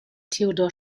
theodor